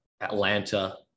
atlanta